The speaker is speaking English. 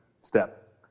step